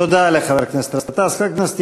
תודה לחבר הכנסת גטאס.